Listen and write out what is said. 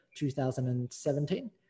2017